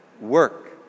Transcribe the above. work